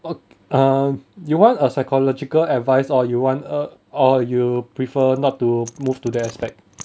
err you want a psychological advice or you want a or you prefer not to move to the aspect